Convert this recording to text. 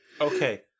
Okay